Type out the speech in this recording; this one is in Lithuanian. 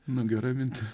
nu gera mintis